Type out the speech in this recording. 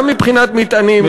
גם מבחינת מטענים,